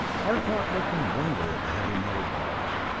arcot looked in wonder at the heavy metal bars.